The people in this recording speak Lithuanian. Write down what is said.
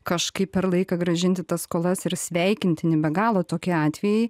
kažkaip per laiką grąžinti tas skolas ir sveikintini be galo tokie atvejai